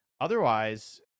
Otherwise